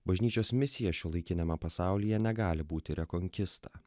bažnyčios misija šiuolaikiniame pasaulyje negali būti rekonkista